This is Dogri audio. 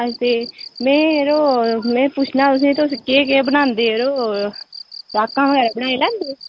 अते में यरो में पुच्छना हा तुसें ई तुस केह् केह् बनांदे जरो फराकां बगैरा बनाई लैंदे तुस